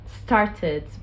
started